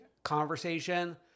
conversation